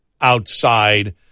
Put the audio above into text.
outside